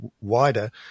wider